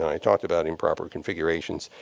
i talked about improper configurations.